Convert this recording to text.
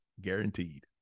guaranteed